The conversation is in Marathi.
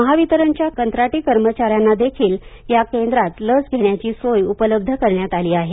महावितरणच्या कंत्राटी कर्मचाऱ्यांना देखील या केंद्रात लस घेण्याची सोय उपलब्ध करण्यात आली आहे